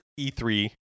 e3